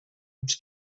uns